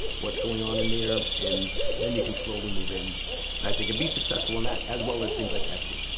what's going on in there and then you can slowly move in. and i think it'd be successful on that as well as things like etsy.